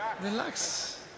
Relax